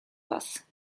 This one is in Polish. was